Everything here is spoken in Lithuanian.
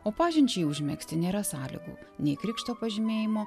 o pažinčiai užmegzti nėra sąlygų nei krikšto pažymėjimo